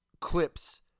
Clips